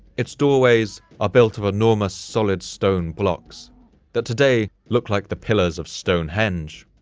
its doorways are built of enormous solid stone blocks that today looked like the pillars of stonehenge.